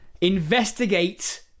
investigate